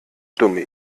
dumme